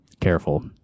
careful